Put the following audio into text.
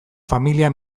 familia